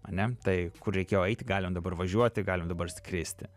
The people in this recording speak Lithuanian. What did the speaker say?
ar ne tai kur reikėjo eiti galim dabar važiuoti galim dabar skristi